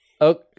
okay